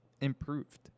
improved